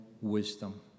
wisdom